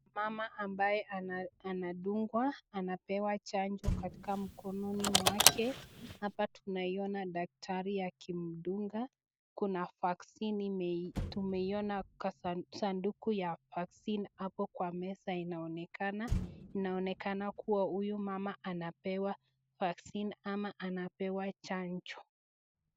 Mama ambaye anadungwa, anapewa chanjo katika mkononi mwake, hapa tunaona daktari akimdunga, kuna vaksini tumeona kwa sanduku ya vaksini hapo kwa meza inaonekana, inaonekana kuwa huyu mama anapewa vaksini ama anapewa chanjo.